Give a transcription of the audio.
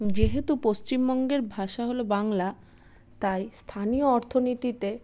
যেহেতু পশ্চিমবঙ্গের ভাষা হলো বাংলা তাই স্থানীয় অর্থনীতিতে